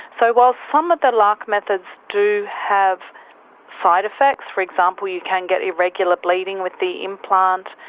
so while some of the larc methods do have side effects, for example you can get irregular bleeding with the implant,